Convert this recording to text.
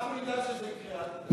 אנחנו נדאג שזה יקרה, אל תדאג.